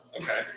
Okay